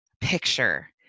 picture